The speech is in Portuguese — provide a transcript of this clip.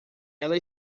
ela